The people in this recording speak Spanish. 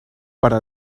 para